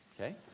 Okay